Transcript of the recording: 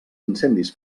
incendis